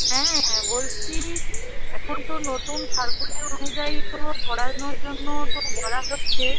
হ্যাঁ বলছি এখন তো নতুন সার্কুলার অনুযায়ী তো পড়ানোর জন্য তো বলা হচ্ছে